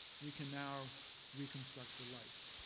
we can now reconstruct her life.